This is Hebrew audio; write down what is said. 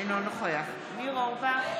אינו נוכח ניר אורבך,